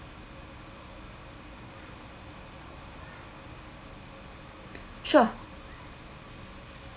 sure